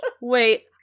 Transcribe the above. wait